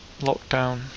lockdown